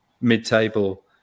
mid-table